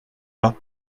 bas